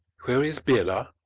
where is bela?